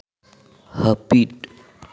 ᱦᱟᱹᱯᱤᱫ